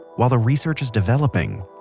while the research is developing,